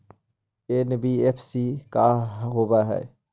NBFC का होब?